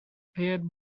paired